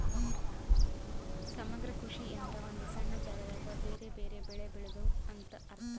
ಸಮಗ್ರ ಕೃಷಿ ಎಂದ್ರ ಒಂದು ಸಣ್ಣ ಜಾಗದಾಗ ಬೆರೆ ಬೆರೆ ಬೆಳೆ ಬೆಳೆದು ಅಂತ ಅರ್ಥ